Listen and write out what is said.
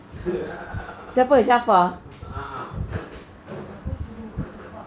a'ah